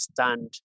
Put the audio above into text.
understand